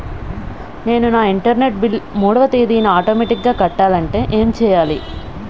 నేను నా internet bill మూడవ తేదీన ఆటోమేటిగ్గా కట్టాలంటే ఏం చేయాలి?